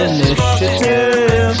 Initiative